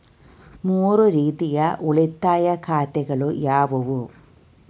ಮೂರು ರೀತಿಯ ಉಳಿತಾಯ ಖಾತೆಗಳು ಯಾವುವು?